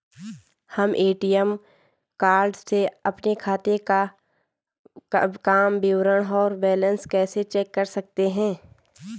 हम ATM card से अपने खाते काम विवरण और बैलेंस कैसे चेक कर सकते हैं?